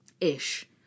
Ish